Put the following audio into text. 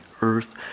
earth